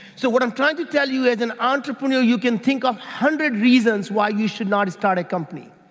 so what i'm trying to tell you is, an entrepreneur you can think of hundred reasons why you should not start a company,